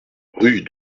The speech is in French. rue